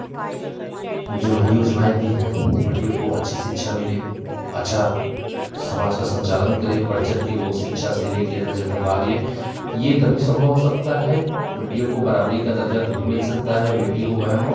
जो है योजनाएँ दी हैं बेटियों को अच्छी शिक्षा मिले अच्छा समाज का संचालन करे बढ़ चढ़ कर वह शिक्षा से लेकर हर जगह भाग ले तो यह तभी संभव हो सकता है बेटियों को बराबरी का दर्जा तभी मिल सकता है बेटी हो बहन हो